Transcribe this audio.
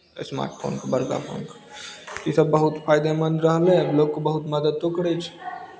smart फोनके बड़का phone इसभ बहुत फायदेमन्द रहलै लोकके बहुत मदतिओ करै छै